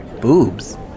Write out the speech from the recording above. Boobs